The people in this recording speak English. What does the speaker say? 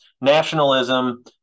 nationalism